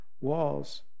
walls